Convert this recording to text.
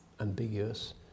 ambiguous